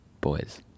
boys